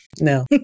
no